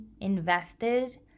invested